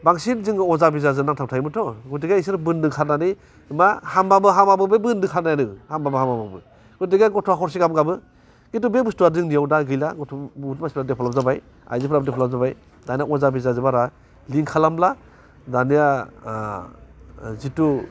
बांसिन जों अजा बेजाजों जों नांथाबना थायोमोनथ' गथिखे इसोर बोन्दों खानानै मा हामबाबो हामाबाबो बे बोन्दों खानायानो हामबाबो हामाबाबो गथिखे गथ'आ हरसे गाहाम गाबो खिन्थु बे बुस्थुआ जोंनिआव दा गैला गथ' बुहुथ मानसिफ्रा डेभेलप जाबाय आयजोफ्राबो डेभेलप जाबाय दाना अजा बेजाजों बारा लिंक खालामला दानिया जिथु